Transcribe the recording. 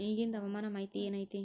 ಇಗಿಂದ್ ಹವಾಮಾನ ಮಾಹಿತಿ ಏನು ಐತಿ?